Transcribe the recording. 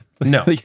No